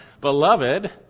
Beloved